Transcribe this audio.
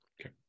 Okay